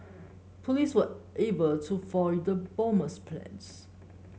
police were able to foil the bomber's plans